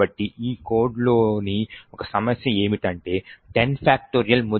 కాబట్టి ఈ కోడ్లోని ఒక సమస్య ఏమిటంటే 10